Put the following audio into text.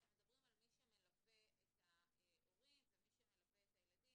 אתם מדברים על מי שמלווה את ההורים ומי שמלווה את הילדים